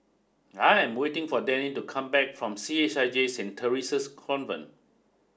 I am waiting for Danny to come back from C H I J Saint Theresa's Convent